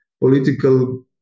political